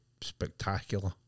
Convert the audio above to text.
spectacular